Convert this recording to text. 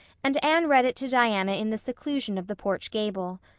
and anne read it to diana in the seclusion of the porch gable.